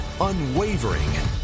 unwavering